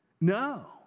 No